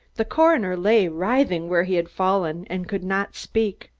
the coroner lay writhing where he had fallen, and could not speak.